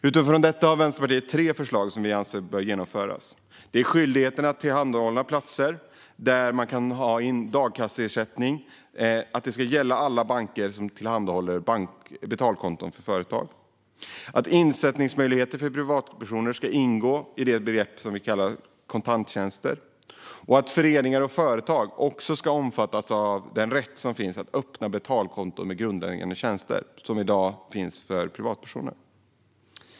Utifrån detta har Vänsterpartiet tre förslag som vi anser bör genomföras: att skyldigheten att tillhandahålla platser för dagkasseinsättningar ska gälla alla banker som tillhandahåller betalkonton till företag att insättningsmöjligheter för privatpersoner ska ingå i begreppet kontanttjänster att föreningar och företag också ska omfattas av den rätt att öppna betalkonto med grundläggande tjänster som i dag finns för privatpersoner.